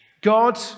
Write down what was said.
God